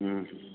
ꯎꯝ